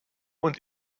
und